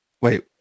Wait